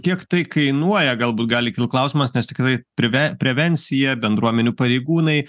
kiek tai kainuoja galbūt gali kilt klausimas nes tikrai prive prevenciją bendruomenių pareigūnai